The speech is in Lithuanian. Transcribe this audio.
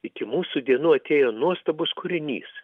iki mūsų dienų atėjo nuostabus kūrinys